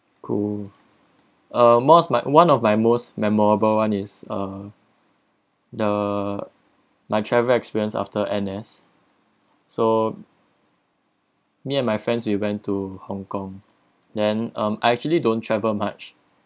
cool uh most my one of my most memorable one is uh the my travel experience after N_S so me and my friends we went to hong kong then um I actually don't travel much